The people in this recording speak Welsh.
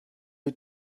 wyt